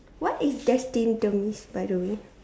what is destined demise by the way